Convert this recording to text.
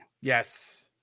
Yes